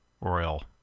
Royal